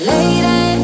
Lady